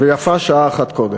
ויפה שעה אחת קודם.